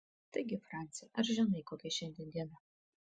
taigi franci ar žinai kokia šiandien diena